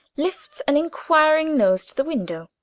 lifts an inquiring nose to the window.